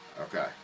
Okay